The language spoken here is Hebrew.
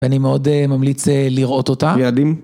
ואני מאוד ממליץ לראות אותה. יעדים.